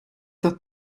der